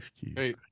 Hey